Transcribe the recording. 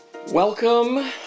Welcome